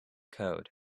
code